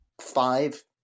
five